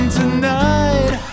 tonight